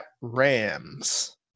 Rams